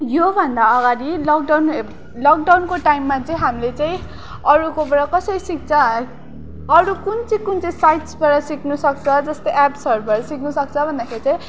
यो भन्दा अगाडि लकडाउन लकडाउनको टाइममा चाहिँ हामीले चाहिँ अरूकोबाट कसरी सिक्छ अरू कुन चाहिँ कुन चाहिँ साइट्सबाड सिक्नु सक्छ जस्तै एप्सहरूबड सिक्नु सक्छ भन्दाखेरि चै